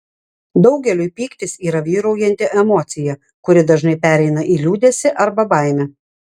daugeliui pyktis yra vyraujanti emocija kuri dažnai pereina į liūdesį arba baimę